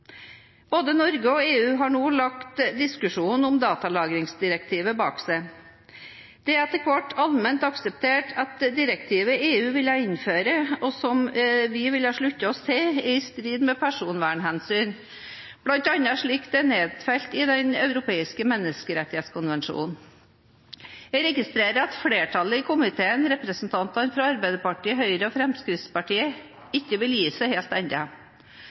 Både Norge og EU har nå lagt diskusjonen om datalagringsdirektivet bak seg. Det er etter hvert allment akseptert at direktivet EU ville innføre, og som vi ville slutte oss til, er i strid med personvernhensyn, bl.a. slik det er nedfelt i Den europeiske menneskerettskonvensjon. Jeg registrerer at flertallet i komiteen, representantene fra Arbeiderpartiet, Høyre og Fremskrittspartiet, ikke vil gi seg helt